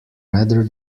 rather